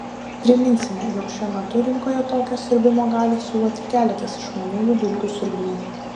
priminsime jog šiuo metu rinkoje tokią siurbimo galią siūlo tik keletas išmaniųjų dulkių siurblių